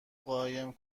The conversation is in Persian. قایم